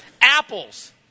Apples